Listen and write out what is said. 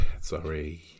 Sorry